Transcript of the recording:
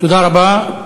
תודה רבה.